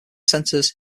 centers